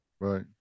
Right